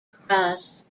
cross